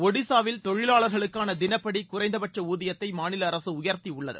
ஒடிசாவில் தொழிலாளர்களுக்கான தினப்படி குறைந்தபட்ச ஊதியத்தை மாநில அரசு உயர்த்தியுள்ளது